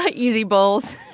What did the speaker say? ah easy bolls.